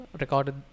recorded